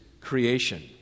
creation